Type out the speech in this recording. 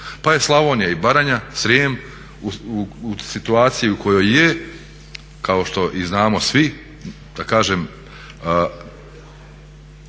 Pa je Slavonija i Baranja, Srijem u situaciji u kojoj je kao što i znamo i svi, da kažem